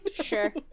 Sure